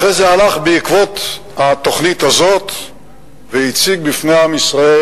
אחרי זה הוא הלך בעקבות התוכנית הזאת והציג בפני עם ישראל,